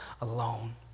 alone